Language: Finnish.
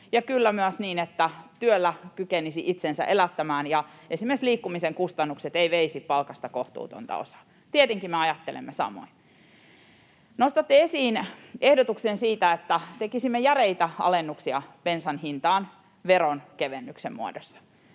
ja kyllä myös sitä, että työllä kykenisi itsensä elättämään ja esimerkiksi liikkumisen kustannukset eivät veisi palkasta kohtuutonta osaa. Tietenkin me ajattelemme samoin. Nostatte esiin ehdotuksen siitä, että tekisimme järeitä alennuksia bensan hintaan veronkevennyksen muodossa.